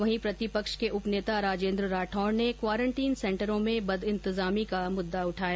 वहीं प्रतिपक्ष के उपनेता राजेन्द्र राठौड़ ने क्वारंटीन सेंटरों में बदइंतज़ामी का मुद्दा उठाया